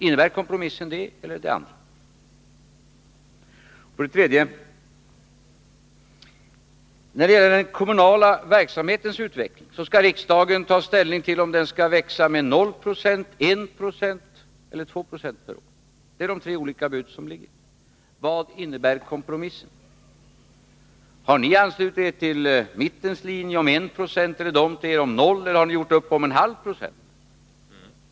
Innebär kompromissen det ena eller det andra? När det gäller den kommunala verksamhetens utveckling skall riksdagen ta ställning till om verksamheten skall växa med 0 96, 1 96 eller 2 96 per år. Det är de tre olika buden som ligger. Vad innebär kompromissen? Har ni anslutit er till mittens linje för 1 96 eller har mittenpartierna anslutit sig till er linje för 0 96, eller har ni gjort upp om 1/2 96?